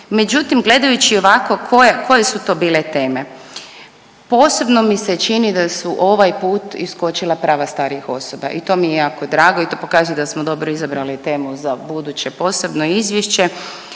Međutim gledajući ovako koje su to bile teme? Posebno mi se čini da su ovaj put iskočila prava starijih osoba i to mi je jako drago i to pokazuje da smo dobro izabrali temu za buduće posebno izvješće.